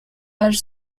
page